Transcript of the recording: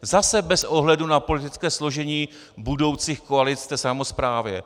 Zase bez ohledu na politické složení budoucích koalic v samosprávě.